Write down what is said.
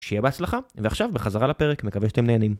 שיהיה בהצלחה, ועכשיו בחזרה לפרק. מקווה שאתם נהנים